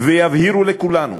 ויבהירו לכולנו